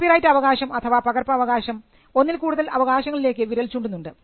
copyright അവകാശം അഥവാ പകർപ്പവകാശം ഒന്നിൽ കൂടുതൽ അവകാശങ്ങളിലേക്ക് വിരൽ ചൂണ്ടുന്നുണ്ട്